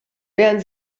wären